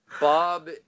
Bob